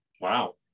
Wow